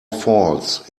faults